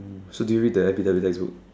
so did you read the episode with textbook